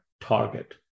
target